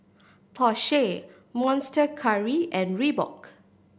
Porsche Monster Curry and Reebok